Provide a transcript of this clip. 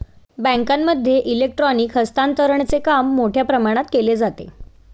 बँकांमध्ये इलेक्ट्रॉनिक हस्तांतरणचे काम मोठ्या प्रमाणात केले जाते